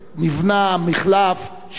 פשוט לא להאמין, אני אומר לכם, חברים.